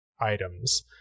items